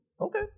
Okay